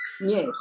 Yes